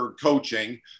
coaching